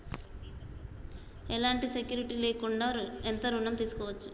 ఎలాంటి సెక్యూరిటీ లేకుండా ఎంత ఋణం తీసుకోవచ్చు?